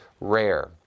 rare